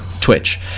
Twitch